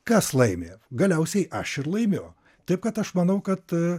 kas laimi galiausiai aš ir laimiu taip kad aš manau kad